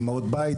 אמהות בית,